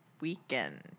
weekend